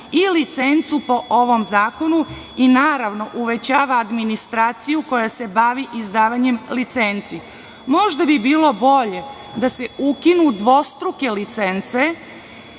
i licencu po ovom zakonu i, naravno, uvećava administraciju koja se bavi izdavanjem licenci. Možda bi bilo bolje da se ukinu dvostruke licence